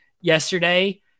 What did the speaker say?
yesterday